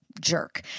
jerk